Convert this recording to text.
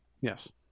Yes